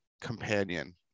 companion